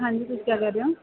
ਹਾਂਜੀ ਤੁਸੀਂ ਕਿਆ ਕਰ ਰਹੇ ਹੋ